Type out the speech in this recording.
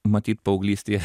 matyt paauglystėje